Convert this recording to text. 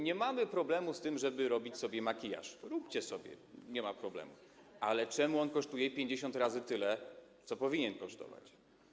Nie mamy problemu z tym, żeby sobie robić makijaż - róbcie sobie, nie ma problemu - ale dlaczego on kosztuje 50 razy tyle, ile powinien kosztować?